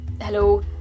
hello